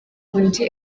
undi